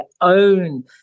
own